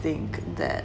think that